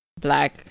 black